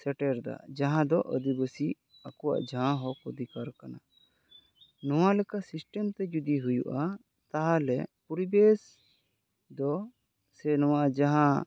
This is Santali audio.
ᱥᱮᱴᱮᱨ ᱮᱫᱟ ᱡᱟᱦᱟᱸ ᱫᱚ ᱟᱹᱫᱤᱵᱟᱥᱤ ᱟᱠᱚᱣᱟᱜ ᱡᱟᱦᱟᱸ ᱦᱚᱸᱠ ᱚᱫᱷᱤᱠᱟᱨ ᱠᱟᱱᱟ ᱱᱚᱣᱟ ᱞᱮᱠᱟ ᱥᱤᱥᱴᱮᱢ ᱛᱮ ᱡᱩᱫᱤ ᱦᱩᱭᱩᱜᱼᱟ ᱛᱟᱦᱚᱞᱮ ᱯᱚᱨᱤᱵᱮᱥ ᱫᱚ ᱥᱮ ᱱᱚᱣᱟ ᱡᱟᱦᱟᱸ